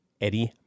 Eddie